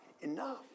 enough